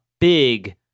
big